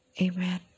Amen